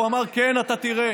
והוא אמר: כן, אתה תראה.